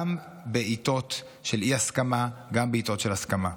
גם בעיתות של אי-הסכמה, גם בעיתות של הסכמה.